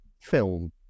film